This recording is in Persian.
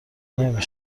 نمی